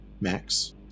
max